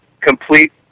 complete